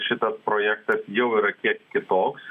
šitas projektas jau yra kiek kitoks